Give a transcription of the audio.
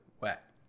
wet